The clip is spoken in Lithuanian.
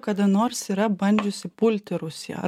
kada nors yra bandžiusi pulti rusiją